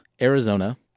Arizona